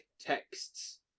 texts